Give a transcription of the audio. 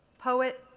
poet,